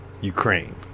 ukraine